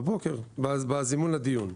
בבוקר, בזימון לדיון.